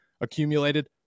accumulated